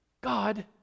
God